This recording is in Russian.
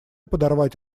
подорвать